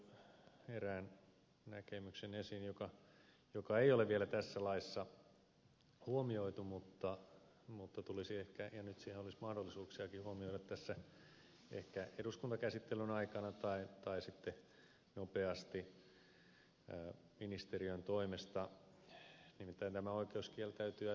kantola toi esiin erään näkemyksen jota ei ole vielä tässä laissa huomioitu mutta tulisi ehkä ja nyt siihen olisi mahdollisuuksiakin huomioida tässä ehkä eduskuntakäsittelyn aikana tai sitten nopeasti ministeriön toimesta nimittäin oikeuden kieltäytyä todistamisesta